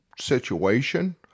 situation